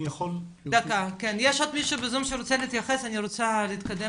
אני רוצה להתייחס למה שאמרו